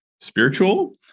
spiritual